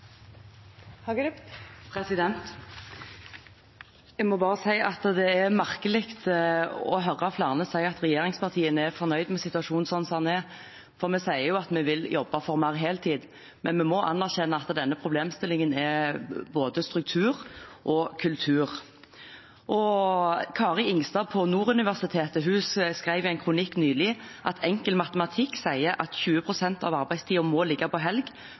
merkelig å høre flere si at regjeringspartiene er fornøyd med situasjonen sånn som den er, for vi sier jo at vi vil jobbe for mer heltid. Men vi må anerkjenne at denne problemstillingen handler om både struktur og kultur. Kari Ingstad på Nord universitet skrev i en kronikk nylig: «Enkel matematikk sier at 20 pst. av arbeidstiden må ligge på helg